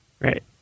Right